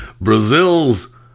Brazil's